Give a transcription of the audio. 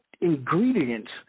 ingredients